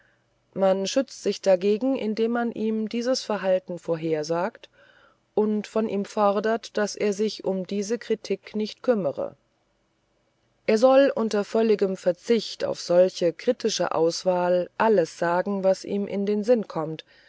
man schützt sich dagegen indem man ihm dieses verhalten vorhersagt und von ihm fordert daß er sich um diese kritik nicht kümmere er soll unter völligem verzicht auf solche kritische auswahl alles sagen was ihm in den sinn kommt